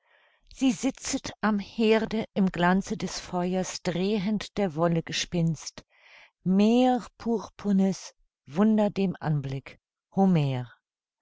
sie sitzet am herde im glanze des feuers drehend der wolle gespinnst meerpurpurnes wunder dem anblick